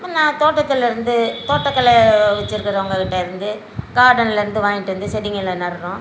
நான் தோட்டத்திலேருந்து தோட்டக்கலை வச்சிருக்கிறவங்ககிட்ட இருந்து கார்டனில் இருந்து வாங்கிட்டு வந்து செடிகளை நடுகிறோம்